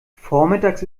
vormittags